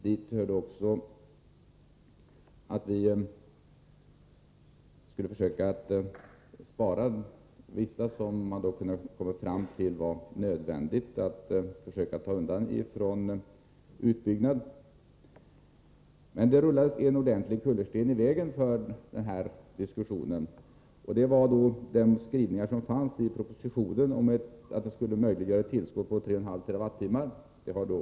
Vi har också försökt spara vissa älvar, som man ansett att det är nödvändigt att ta undan från utbyggnad. Men det rullades en ordentlig kullersten i vägen för den här diskussionen, och det var propositionens skrivningar om att utbyggnaden skulle möjliggöra ett tillskott på 3,5 TWh.